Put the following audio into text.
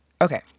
Okay